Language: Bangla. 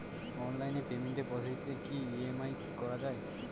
অনলাইন পেমেন্টের পদ্ধতিতে কি ই.এম.আই করা যায়?